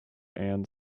and